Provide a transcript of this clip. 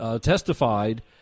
testified